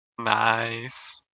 nice